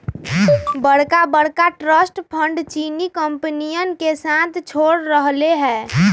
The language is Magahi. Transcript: बड़का बड़का ट्रस्ट फंडस चीनी कंपनियन के साथ छोड़ रहले है